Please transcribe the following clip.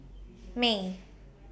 May